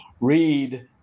read